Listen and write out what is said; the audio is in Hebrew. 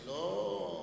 תראה,